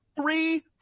Three